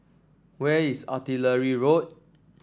where is Artillery Road